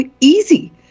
easy